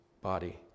body